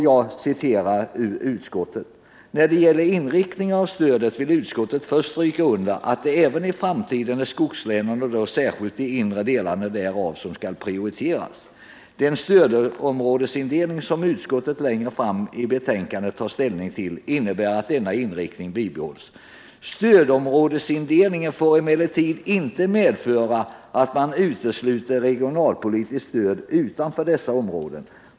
Jag citerar ur utskottets skrivning: ”När det gäller inriktningen av stödet vill utskottet först stryka under att det även i framtiden är skogslänen och då särskilt de inre delarna därav som skall prioriteras. Den stödområdesindelning som utskottet längre fram i betänkandet tar ställning till innebär att denna inriktning bibehålls. Stödområdesindelningen får emellertid inte medföra att man utesluter regionalpolitiskt stöd utanför dessa områden.